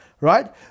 Right